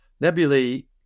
nebulae